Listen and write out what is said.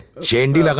jagdish